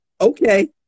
okay